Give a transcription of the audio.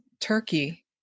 turkey